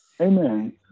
Amen